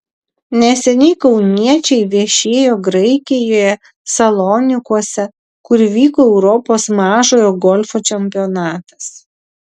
neseniai kauniečiai viešėjo graikijoje salonikuose kur vyko europos mažojo golfo čempionatas